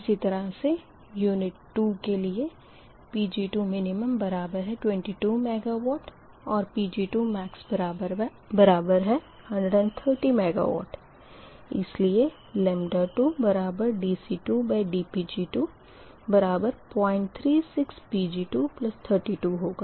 इसी तरह से यूनिट 2 के लिए Pg2min22 MW और Pg2max130 MW है इसलिए 2dC2dPg2036 Pg232 होगा